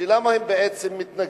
למה הם בעצם מתנגדים?